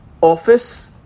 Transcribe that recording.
Office